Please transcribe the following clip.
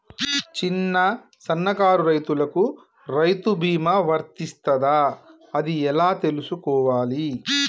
చిన్న సన్నకారు రైతులకు రైతు బీమా వర్తిస్తదా అది ఎలా తెలుసుకోవాలి?